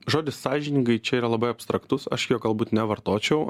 žodis sąžiningai čia yra labai abstraktus aš jo galbūt nevartočiau